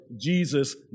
Jesus